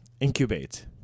incubate